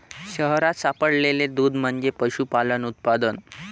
शहरात सापडलेले दूध म्हणजे पशुपालन उत्पादन